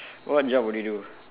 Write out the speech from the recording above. what job would you do